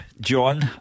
John